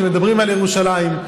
כשמדברים על ירושלים,